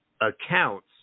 accounts